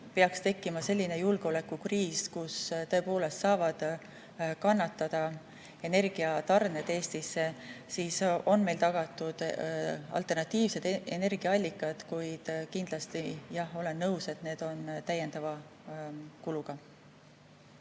peaks tekkima selline julgeolekukriis, kus tõepoolest saavad kannatada energiatarned Eestisse, siis on meil tagatud alternatiivsed energiaallikad, kuid kindlasti, jah, olen nõus, need on täiendava kuluga.